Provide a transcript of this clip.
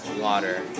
water